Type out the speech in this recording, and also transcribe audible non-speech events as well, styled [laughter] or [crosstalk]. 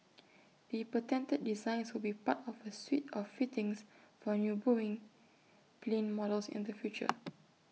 [noise] the patented designs will be part of A suite of fittings for new boeing plane models in the future [noise]